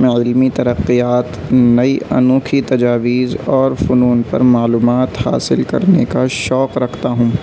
میں علمی ترقیات نئی انوکھی تجاویز اور فنون پر معلومات حاصل کرنے کا شوق رکھتا ہوں